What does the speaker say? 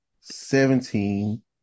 seventeen